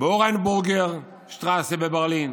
באורניינבורג שטראסה בברלין,